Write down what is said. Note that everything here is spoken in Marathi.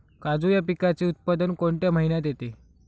काजू या पिकाचे उत्पादन कोणत्या महिन्यात येते?